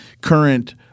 current –